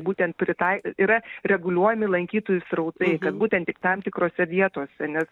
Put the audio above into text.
būtent pritai yra reguliuojami lankytojų srautai kad būtent tik tam tikrose vietose nes